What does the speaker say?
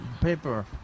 paper